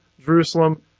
Jerusalem